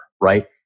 Right